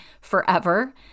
forever